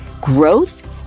growth